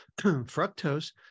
Fructose